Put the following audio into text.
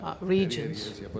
regions